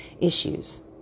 issues